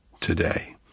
today